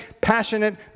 passionate